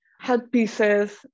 headpieces